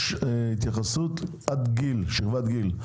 התייחסות עד שכבת גיל,